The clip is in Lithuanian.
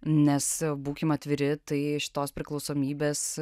nes būkim atviri tai iš tos priklausomybės